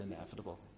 inevitable